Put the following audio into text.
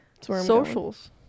Socials